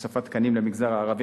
הוספת תקנים למגזר הערבי,